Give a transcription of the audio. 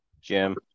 jim